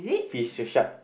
fish shark